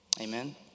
Amen